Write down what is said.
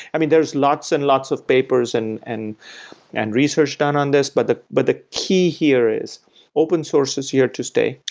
i mean, there are lots and lots of papers and and and research done on this, but the but the key here is open source is here to stay.